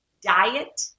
Diet